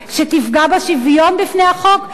שתפגע בשוויון בפני החוק,